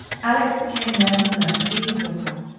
alex became less and less at ease with her.